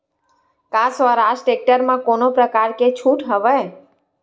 का स्वराज टेक्टर म कोनो प्रकार के छूट हवय?